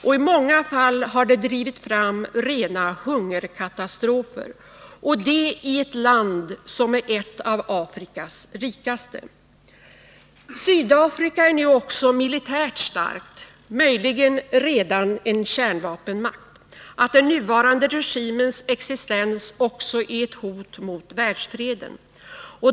I många fall har den drivit fram rena hungerkatastrofer — i ett land som är ett av Afrikas rikaste! Sydafrika är nu också militärt så starkt, möjligen redan en kärnvapenmakt, att den nuvarande regimens existens är ett hot mot världsfreden.